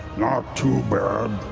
not too bad.